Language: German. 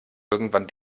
irgendwann